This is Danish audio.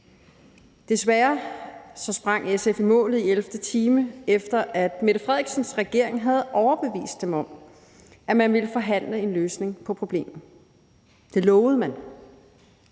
Desværre sprang SF i ellevte time i målet, efter at statsminister Mette Frederiksens regering havde overbevist dem om, at man ville forhandle sig frem til en løsning på problemet. Det lovede man.